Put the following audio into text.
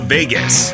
Vegas